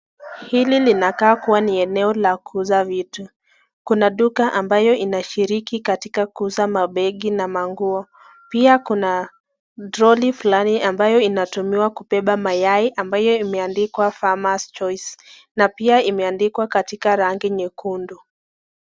Hili linakaa kuwa ni eneo la kuuza vitu, kuna duka ambayo inashiriki na kuuza mabegi na manguo pia kuna trolley[cs ]fulani ambayo inatumika kubeba mayai ambayo imeandikwa farmers choice na pia imeandikwa kwa rangi nyekundu.